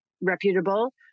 reputable